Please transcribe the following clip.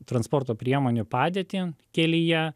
transporto priemonių padėtį kelyje